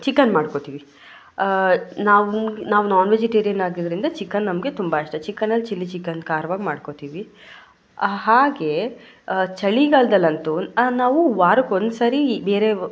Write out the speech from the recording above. chicken ಮಾಡ್ಕೋತೀವಿ ನಮ್ಗೆ ನಾವು ನಾನ್ ವೆಜಿಟೇರಿಯನ್ ಆಗಿದ್ದರಿಂದ ಚಿಕನ್ ನಮಗೆ ತುಂಬ ಇಷ್ಟ ಚಿಕನಲ್ಲಿ ಚಿಲ್ಲಿ ಚಿಕನ್ ಖಾರವಾಗಿ ಮಾಡ್ಕೋತೀವಿ ಹಾಗೇ ಚಳಿಗಾಲದಲ್ಲಂತೂ ನಾವು ವಾರಕ್ಕೊಂದುಸರಿ ಬೇರೆ